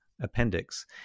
appendix